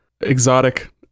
exotic